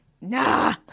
Nah